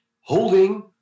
holding